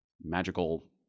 magical